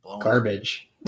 garbage